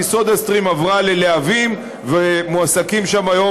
כי סודה סטרים עברה ללהבים ומועסקים שם היום